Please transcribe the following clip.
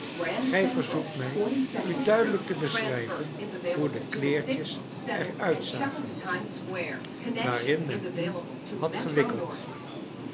gij verzoekt mij u duidelijk te beschrijven hoe de kleertjes er uitzagen waarin men u had gewikkeld